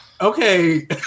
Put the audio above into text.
okay